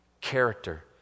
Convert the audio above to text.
character